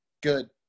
good